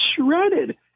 shredded